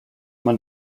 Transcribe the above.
man